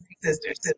sisters